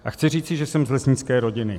A chci říci, že jsem z lesnické rodiny.